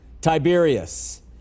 Tiberius